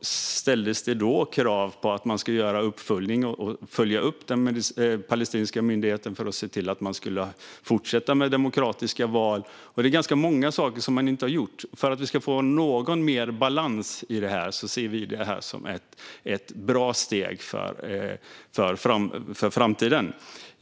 ställdes det då krav på att man skulle göra en uppföljning och följa upp den palestinska myndigheten för att se till att den skulle fortsätta med demokratiska val. Det är ganska många saker som man inte har gjort. För att vi ska få något mer balans i det ser vi det som ett bra steg för framtiden.